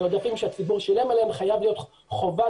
אלה עודפים שהציבור שילם עליהם וחייבת להיות חובת